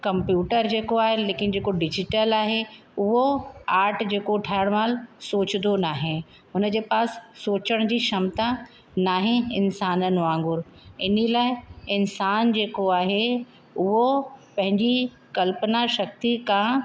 computer जेको आहे लेकिन जेको डिजिटल आहे उहो आर्ट जेको ठाहिण महिल सोचदो न आहे उनजे पास सोचण जी क्षमता न आहे इन्साननि वागुंर इन लाइ इन्सानु जेको आहे उहो पंहिंजी कल्पना शक्ति खां